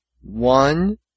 one